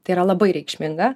tai yra labai reikšminga